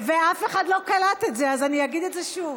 ואף אחד לא קלט את זה, אז אני אגיד את זה שוב.